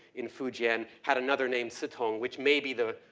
in fujian had another name, citong, which maybe the,